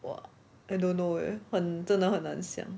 !wah! I don't know eh 很真的很难想